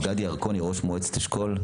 גדי ירקוני, ראש מועצת אשכול.